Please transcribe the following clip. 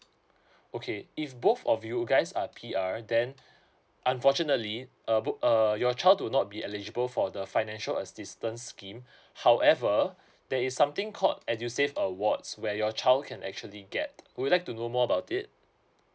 okay if both of you guys are P_R then unfortunately uh book err your child do not be eligible for the financial assistance scheme however there is something called edusave awards where your child can actually get will you like to know more about it